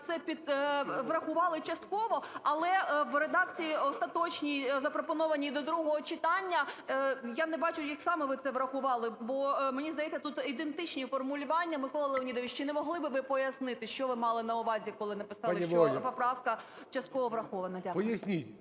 це врахували частково, але в редакції остаточній, запропонованій до другого читання. Я не бачу, як саме ви це врахували, бо мені здається, тут ідентичні формулювання. Миколо Леонідовичу, чи не могли б ви пояснити, що ви мали на увазі, коли написали, що поправка частково врахована. Дякую.